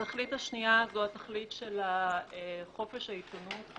התכלית השנייה היא זו של חופש העיתונות,